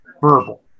verbal